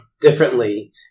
differently